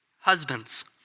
Husbands